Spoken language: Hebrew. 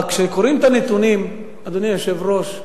כשקוראים את הנתונים, אדוני היושב-ראש,